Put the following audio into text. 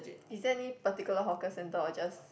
is there any particular hawker center or just